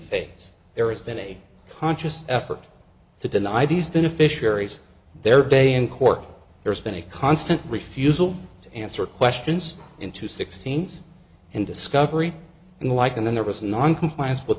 face there has been a conscious effort to deny these beneficiaries their day in court there's been a constant refusal to answer questions into sixteen's and discovery and the like and then there was noncompliance with